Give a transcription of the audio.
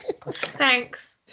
Thanks